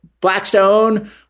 Blackstone